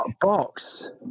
box